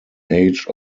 age